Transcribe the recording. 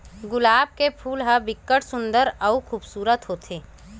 गुलाब के फूल ह बिकट सुग्घर अउ खुबसूरत होथे